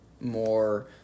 more